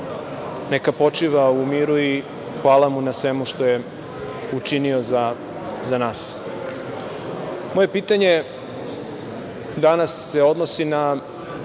Neka počiva u miru i hvala mu na svemu što je učinio za nas. Moje pitanje danas se odnosi na